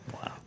Wow